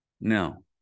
No